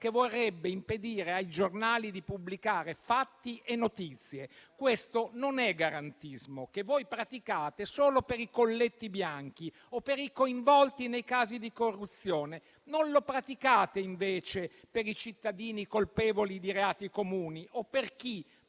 che vorrebbe impedire ai giornali di pubblicare fatti e notizie. Questo non è garantismo, che voi praticate solo per i colletti bianchi o per i coinvolti nei casi di corruzione e non lo praticate, invece, per i cittadini colpevoli di reati comuni, o per chi,